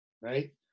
right